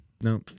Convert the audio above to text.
no